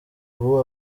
ubu